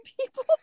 people